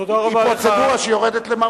היא פרוצדורה שיורדת למהות.